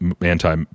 anti